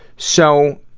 so,